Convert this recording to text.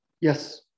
yes